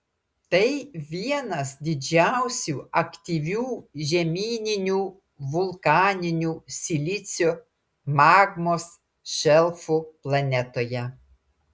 tai vienas didžiausių aktyvių žemyninių vulkaninių silicio magmos šelfų planetoje